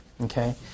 okay